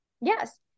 Yes